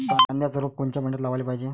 कांद्याचं रोप कोनच्या मइन्यात लावाले पायजे?